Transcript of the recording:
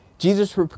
Jesus